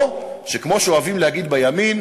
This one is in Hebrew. או שכמו שאוהבים להגיד בימין: